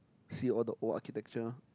see all the old architecture